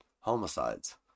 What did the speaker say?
Homicides